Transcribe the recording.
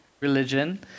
religion